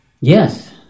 Yes